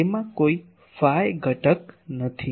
તેમાં કોઈ ફાઈ ઘટક નથી